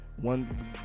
One